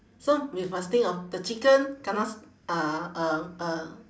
so we must think of the chicken kena s~ uh uh uh